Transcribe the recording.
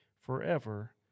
forever